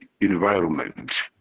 environment